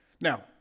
Now